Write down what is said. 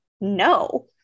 no